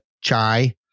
chai